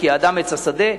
"כי האדם עץ השדה".